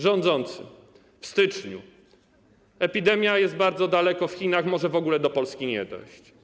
Rządzący w styczniu: epidemia jest bardzo daleko, w Chinach, może w ogóle do Polski nie dojść.